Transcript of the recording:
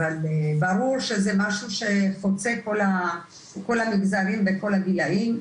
אבל ברור שזה משהו שחוצה את כל המגזרים בכל הגילאים,